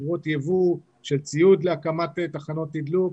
חברות יבוא של ציוד להקמת תחנות תדלוק,